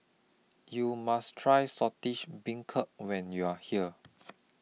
YOU must Try Saltish Beancurd when YOU Are here